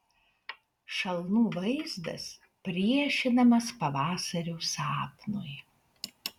šalnų vaizdas priešinamas pavasario sapnui